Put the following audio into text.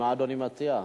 מה אדוני מציע?